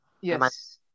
yes